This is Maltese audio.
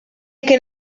kien